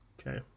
Okay